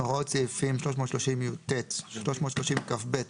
הוראות סעיפים 330יט, 330כב,